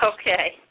Okay